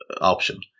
option